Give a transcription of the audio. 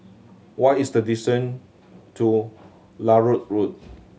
what is the distant to Larut Road